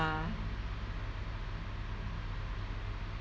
!wah!